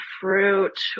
fruit